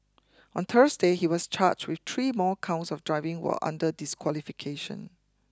on Thursday he was charged with three more counts of driving while under disqualification